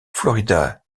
florida